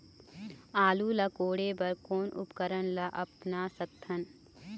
आलू ला कोड़े बर कोन उपकरण ला अपना सकथन?